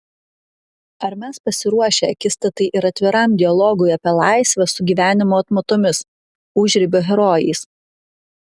ar mes pasiruošę akistatai ir atviram dialogui apie laisvę su gyvenimo atmatomis užribio herojais